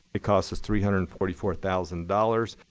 it cost us three hundred and forty four thousand dollars.